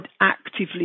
actively